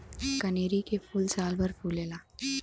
कनेरी के फूल सालभर फुलेला